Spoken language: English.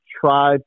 try